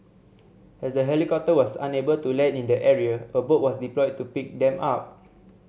as the helicopter was unable to land in the area a boat was deployed to pick them up